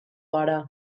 gara